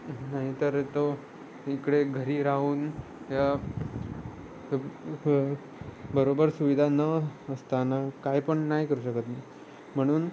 नाहीतर तो इकडे घरी राहून या बरोबर सुविधा न असताना काय पण नाही करू शकत म्हणून